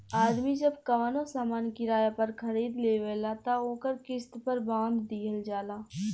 आदमी जब कवनो सामान किराया पर खरीद लेवेला त ओकर किस्त पर बांध दिहल जाला